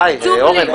די, אורן.